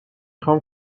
خوام